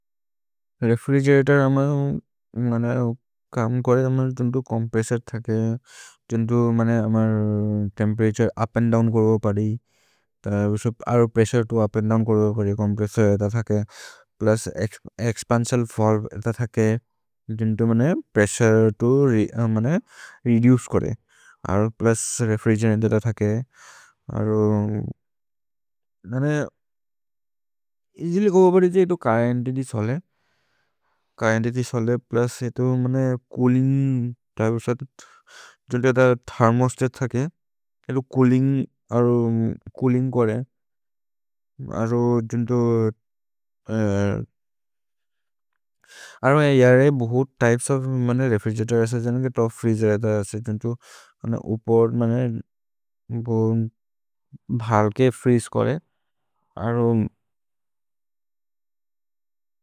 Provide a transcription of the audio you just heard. रेफ्रिगेरतोर् अमन् काम् करे, तुन्दु चोम्प्रेस्सोर् थके, तुन्दु मने अमर् तेम्पेरतुरे उप् अन्द् दोव्न् करो परि। अरो प्रेस्सुरे तो उप् अन्द् दोव्न् करो परि, चोम्प्रेस्सोर् इत थके, प्लुस् एक्स्पन्सिओन् वल्वे इत थके। तुन्दु मने प्रेस्सुरे तो रेदुचे करे, अरो प्लुस् रेफ्रिगेरतोर् इत थके, अरो नाने एअसिल्य् गो ओवेर् इते इतो चुर्रेन्त् इति सोलिद्, चुर्रेन्त् इति सोलिद् प्लुस् इतो मने चूलिन्ग् त्य्पे उस। जुन्ते इत थेर्मोस्तत् थके, इतो चूलिन्ग्, अरो चूलिन्ग् करे, अरो जुन्ते, अरो यारे बहुत् त्य्पेस् ओफ् मने रेफ्रिगेरतोर् इस। जुन्ते तोप् फ्रीजेर् इत इसे, जुन्ते उपर् मने बहल्के फ्रीजे करे।